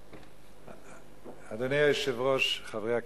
אדוני היושב-ראש, חברי הכנסת,